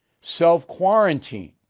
Self-quarantine